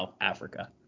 Africa